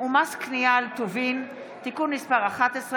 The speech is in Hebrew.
ומס קנייה על טובין (תיקון מס' 11),